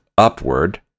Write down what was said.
upward